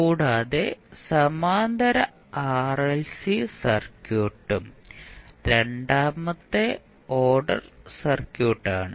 കൂടാതെ സമാന്തര RLC സർക്യൂട്ടും രണ്ടാമത്തെ ഓർഡർ സർക്യൂട്ട് ആണ്